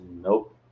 nope